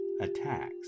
attacks